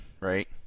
right